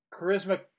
charisma